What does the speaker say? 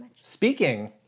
Speaking